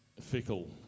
fickle